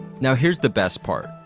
now, here's the best part.